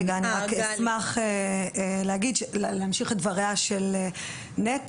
אני אשמח להמשיך את דבריה של נטע,